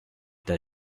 that